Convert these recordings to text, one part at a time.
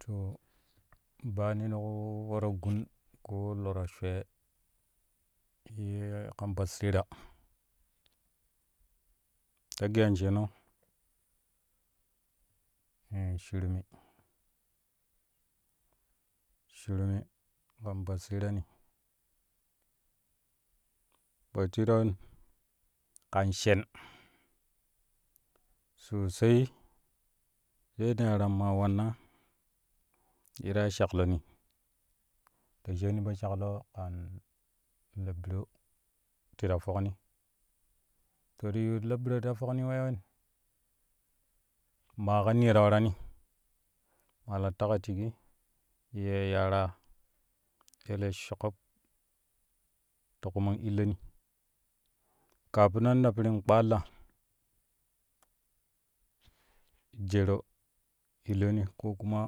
To bayani ta ƙu we-ta-gun ko lo-ta-shwee shee kan basira ta geyan sheeno u shurmi, shurmi kan basirani basirai wen kan shen sosai deet darang ma wanna dii la ya shakloni ta shaani po shakloni kan la biro ti ta fokni to ti yiu la biro ti ta foknii we ya wen? Maa ka niyo ta warani maa la taƙa shigi ye yaaraa ele shoƙob ta kuman illoni kafin nan ta pirin kpalla jeero illoni ko kuma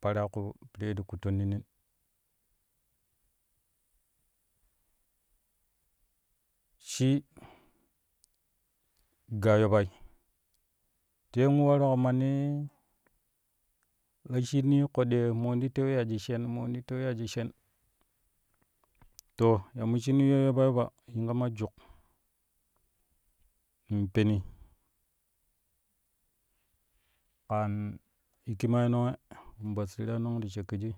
paara ƙu pirinnee ti kuttonnini shii ga yobba te mo waru ka manni we shinnu mo ti tewe yaji shen mo ti tewi yaji shen to ya mo shinu yuyyo yoba yoba shin kama juk in peni ken hikimaai nonge kan basurai nong ti shakkijui.